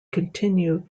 continue